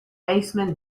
baseman